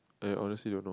I honestly don't know